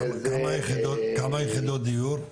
כמה יחידות דיור?